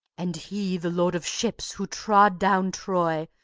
and he, the lord of ships, who trod down troy,